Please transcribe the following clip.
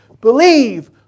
believe